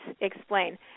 explain